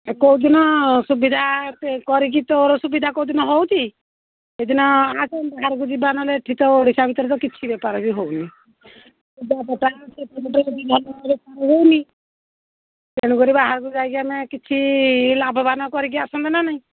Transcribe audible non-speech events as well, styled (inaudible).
କୋଉଦିନ ସୁବିଧା କରିକି ତୋର ସୁବିଧା କୋଉଦିନ ହେଉଛି ସେଇଦିନ ଆସନ୍ତୁ ବାହାରକୁ ଯିବା ନହେଲେ ଏଠି ତ ଓଡ଼ିଶା ଭିତରେ ତ କିଛି ବେପାର ବି ହେଉନି (unintelligible) ବେପାର ହେଉନି ତେଣୁକରି ବାହାରକୁ ଯାଇକି ଆମେ କିଛି ଲାଭବାନ୍ କରିକି ଆସନ୍ତେ ନା ନାଇଁ